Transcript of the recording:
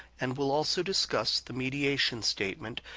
and will also discuss the mediation statement,